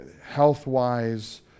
health-wise